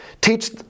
teach